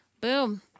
Boom